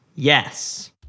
Yes